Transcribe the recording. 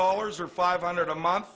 dollars or five hundred a month